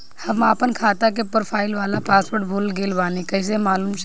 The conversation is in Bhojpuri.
हम आपन खाता के प्रोफाइल वाला पासवर्ड भुला गेल बानी कइसे मालूम चली?